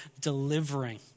delivering